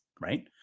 right